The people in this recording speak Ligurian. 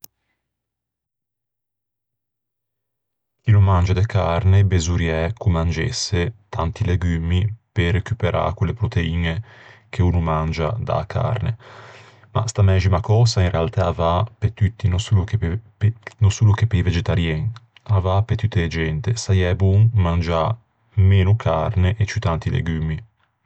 Chi no mangia de carne besorriæ ch'o mangesse tanti legummi pe recuperâ quelle proteiñe che o no mangia da-a carne. Ma sta mæxima cösa in realtæ a vâ pe tutti, no solo che pe-no solo che pe-i vegetarien. Saiæ bon mangiâ meno carne e ciù tanti legummi.